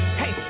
hey